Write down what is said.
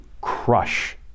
crush